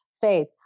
Faith